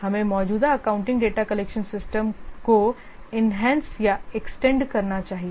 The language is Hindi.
हमें मौजूदा अकाउंटिंग डेटा कलेक्शन सिस्टम को इनहैंस या एक्सटेंड करना चाहिए